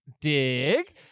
Dig